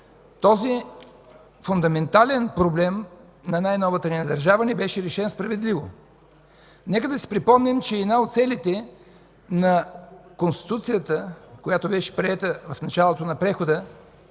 този фундаментален проблем на най-новата ни държава не беше решен справедливо. Нека да си припомним, че една от целите на Конституцията, която беше приета в началото на прехода,